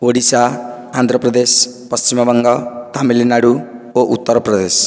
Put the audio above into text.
ଓଡିଶା ଆନ୍ଧ୍ରପ୍ରଦେଶ ପଶ୍ଚିମବଙ୍ଗ ତାମିଲନାଡ଼ୁ ଓ ଉତ୍ତରପ୍ରଦେଶ